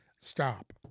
Stop